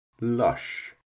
Lush